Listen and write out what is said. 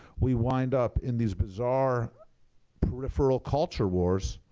we wind up in these bizarre peripheral culture wars,